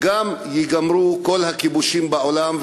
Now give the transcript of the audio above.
גם ייגמרו כל הכיבושים בעולם,